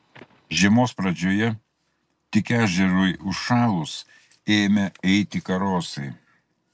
žiemos pradžioje tik ežerui užšalus ėmę eiti karosai